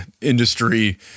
industry